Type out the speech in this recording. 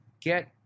get